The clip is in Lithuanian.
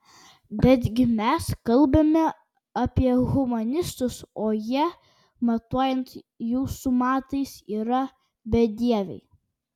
betgi mes kalbame apie humanistus o jie matuojant jūsų matais yra bedieviai